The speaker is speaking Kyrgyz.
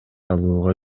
алууга